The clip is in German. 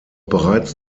bereits